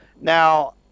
now